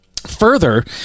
further